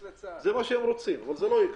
זה מה שהם רוצים, אבל זה לא יקרה.